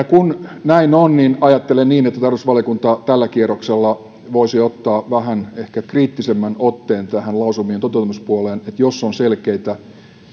kun näin on niin ajattelen että tarkastusvaliokunta tällä kierroksella voisi ottaa ehkä vähän kriittisemmän otteen tähän lausumien toteutumispuoleen niin että jos on selkeitä